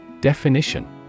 Definition